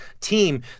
team